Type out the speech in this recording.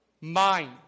Mind